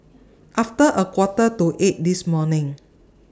after A Quarter to eight This morning